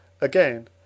Again